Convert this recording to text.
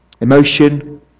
emotion